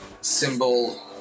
Symbol